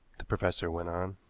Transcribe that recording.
the professor went on.